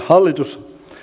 hallitus